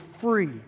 free